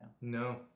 No